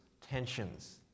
tensions